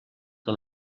que